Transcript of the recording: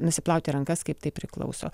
nusiplauti rankas kaip tai priklauso